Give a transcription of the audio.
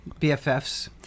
BFFs